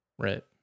Right